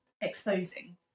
exposing